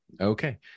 Okay